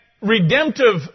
redemptive